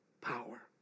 power